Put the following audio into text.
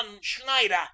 Schneider